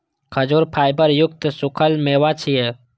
खजूर फाइबर युक्त सूखल मेवा छियै